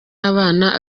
abana